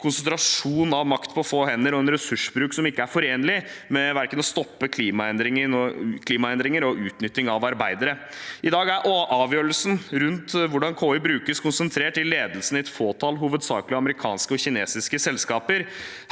konsentrasjon av makt på få hender og en ressursbruk som ikke er forenlig med å stoppe verken klimaendringer eller utnytting av arbeidere. I dag er avgjørelsene rundt hvordan KI brukes, konsentrert i ledelsen i et fåtall hovedsakelig amerikanske og kinesiske selskaper.